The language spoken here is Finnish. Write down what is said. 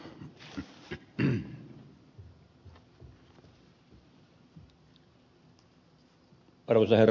arvoisa herra puhemies